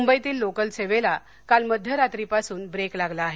मुंबईतील लोकलसेवेला काल मध्यरात्रीपासून ब्रेक लागला आहे